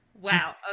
Wow